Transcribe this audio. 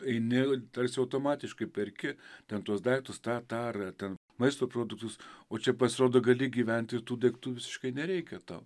eini tarsi automatiškai perki ten tuos daiktus tą tą ar ten maisto produktus o čia pasirodo gali gyventi ir tų daiktų visiškai nereikia tau